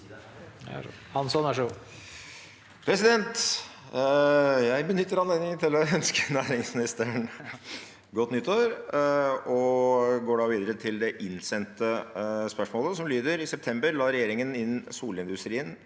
Jeg benytter anledningen til å ønske næringsministeren godt nytt år, og går videre til det innsendte spørsmålet, som lyder: «I september la regjeringen inn solindustrien